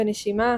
בנשימה,